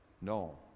No